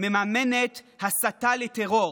מממנת כרגע הסתה לטרור,